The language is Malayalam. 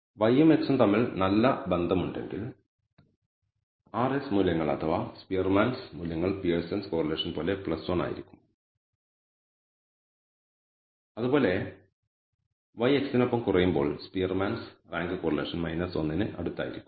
y ഉം x ഉം തമ്മിൽ നല്ല ബന്ധമുണ്ടെങ്കിൽ r s മൂല്യങ്ങൾ അഥവാ സ്പിയർമാൻസ് മൂല്യങ്ങൾ പിയേഴ്സൻസ് കോറിലേഷൻ പോലെ 1 ആയിരിക്കും അതുപോലെ y x നൊപ്പം കുറയുമ്പോൾ സ്പിയർമാൻസ് റാങ്ക് കോറിലേഷൻ 1 ന് അടുത്തായിരിക്കും